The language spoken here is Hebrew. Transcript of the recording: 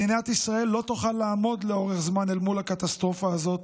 מדינת ישראל לא תוכל לעמוד לאורך זמן אל מול הקטסטרופה הזאת,